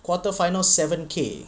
quarter final seven K